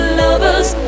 lovers